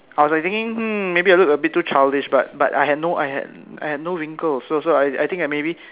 I was like thinking hmm maybe I look a bit too childish but but I had no I had no wrinkles so so I think maybe